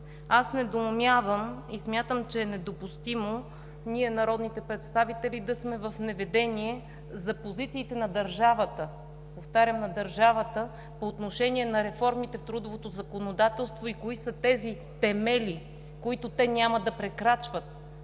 Аз недоумявам и смятам, че е недопустимо ние, народните представители, да сме в неведение за позициите на държавата, повтарям – на държавата, по отношение на реформите в трудовото законодателство и кои са тези темели, които те няма да прекрачват